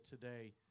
today